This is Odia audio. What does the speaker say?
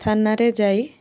ଥାନାରେ ଯାଇ